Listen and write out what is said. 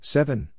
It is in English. Seven